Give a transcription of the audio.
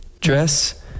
Dress